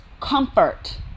comfort